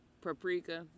paprika